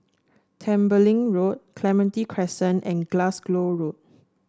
Tembeling Road Clementi Crescent and Glasgow Road